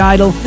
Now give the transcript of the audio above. Idol